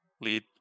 lead